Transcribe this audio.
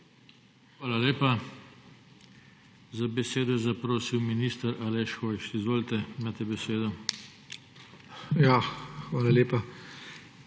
Hvala lepa. Za besedo je zaprosil minister Aleš Hojs. Izvolite, imate besedo. ALEŠ HOJS: Hvala lepa.